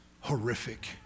horrific